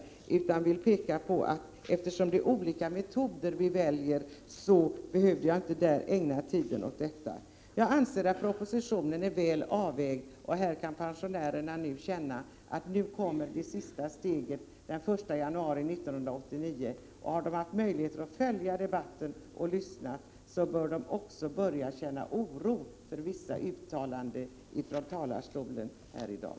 Jag har velat peka på att eftersom vi väljer olika metoder, så behöver jag inte ägna tiden åt detta i debatten. Jag anser att propositionen är väl avvägd. Pensionärerna kan nu känna att sista steget tas den 1 januari 1989. Har de kunnat följa debatten borde de också börja känna oro för vissa uttalanden från talarstolen här i dag.